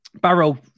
Barrow